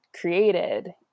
created